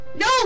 No